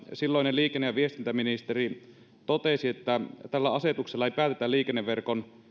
silloinen liikenne ja viestintäministeri totesi että tällä asetuksella ei päätetä liikenneverkon